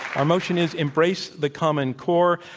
our motion is embrace the common core.